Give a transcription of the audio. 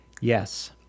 yes